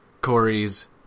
Corey's